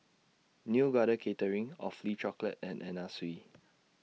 Neo Garden Catering Awfully Chocolate and Anna Sui